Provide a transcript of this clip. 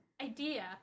idea